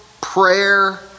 prayer